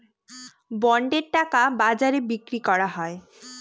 বন্ডের টাকা বাজারে বিক্রি করা হয়